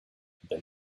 then